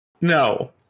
no